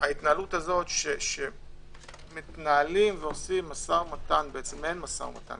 שההתנהלות הזו שעושים מעין משא ומתן